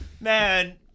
Man